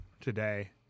today